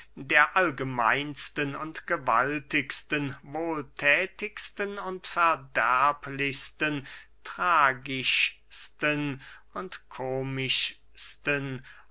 der allgemeinsten und gewaltigsten wohlthätigsten und verderblichsten tragischsten und